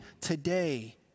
today